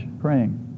praying